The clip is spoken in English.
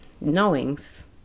knowings